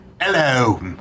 Hello